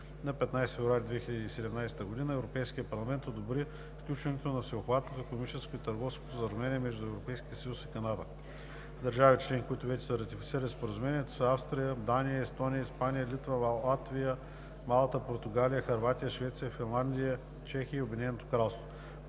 На 15 февруари 2017 г. Европейският парламент одобри сключването на Всеобхватното икономическо и търговско споразумение между Европейския съюз и Канада. Държави членки, които вече са ратифицирали Споразумението, са: Австрия, Дания, Естония, Испания, Литва, Латвия, Малта, Португалия, Хърватия, Швеция, Финландия, Чехия и Обединеното кралство.